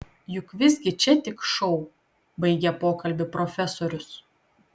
juk visgi čia tik šou baigė pokalbį profesorius